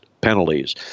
penalties